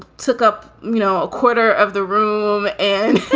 took up, you know, a quarter of the room. and,